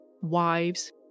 wives